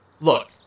Look